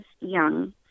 young